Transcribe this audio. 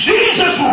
Jesus